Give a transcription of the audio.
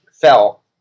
fell